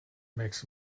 makes